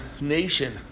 nation